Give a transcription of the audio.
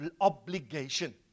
obligation